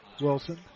Wilson